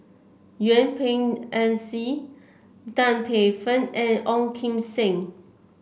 Yuen Peng McNeice Tan Paey Fern and Ong Kim Seng